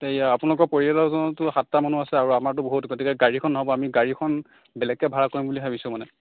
এতিয়া আপোনালোকৰ পৰিয়ালততো সাতটা মানুহ আছে আৰু আমাৰতো বহুত গতিকে গাড়ীখন নহ'ব আমি গাড়ী এখন বেলেগকৈ ভাড়া কৰিম বুলি ভাবিছোঁ মানে